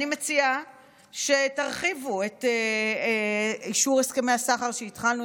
אני מציעה שתרחיבו את אישור הסכמי הסחר שהתחלנו.